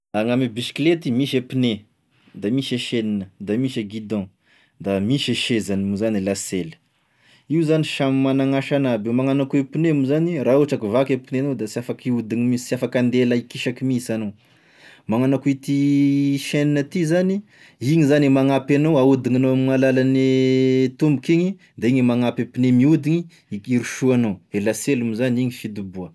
A gn'ame bisiklety, misy e pneu da misy e chaine, da misy e gidon da misy sezany moa zany, lasely, io zany samy magnan'asagn'aby io, magnano akoa e pneu moa zany, raha ohatra ka vaky e pneu-gnao da sy afaky hiodigny mihinsy sy afaky hande na hikisaky mihinsy anao, magnano akoa ity chaine ty zany, igny zany e magnampy anao ahodignanao amin'alalagn' ny tomboka igny de igny e magnampy e pneu miodigny hig- hirosoanao de lasely moa zany igny fidoboa.